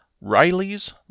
Riley's